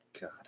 God